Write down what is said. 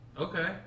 Okay